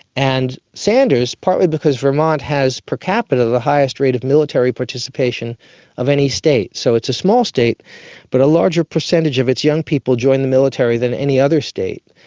and sanders, partly because vermont has per capita at the highest rate of military participation of any state, so it's a small state but a larger percentage of its young people join the military than any other state.